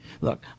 Look